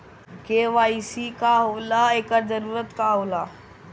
KYC का होला एकर जरूरत का होला?